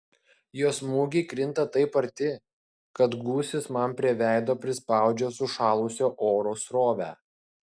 jo smūgiai krinta taip arti kad gūsis man prie veido prispaudžia sušalusio oro srovę